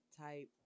type